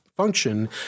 Function